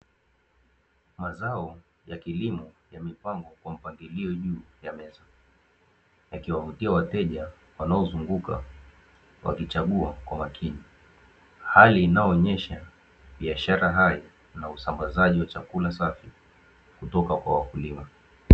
Mazao ya kilimo yamepangwa kwa mpangilio juu ya meza yakiwavutia wateja wanaozunguka, wakichagua kwa makini hali inayoonyesha biashara hai na usambazaji wa chakula safi kutoka kwa wakulima.